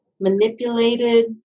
manipulated